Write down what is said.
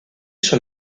sur